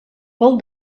pel